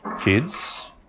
kids